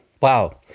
Wow